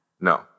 No